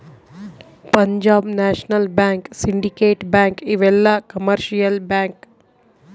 Punjab National Bank Syndicate Bank ಇವೆಲ್ಲ commercial bank